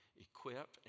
equip